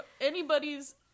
anybody's